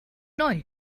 neu